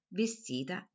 vestita